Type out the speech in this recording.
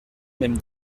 même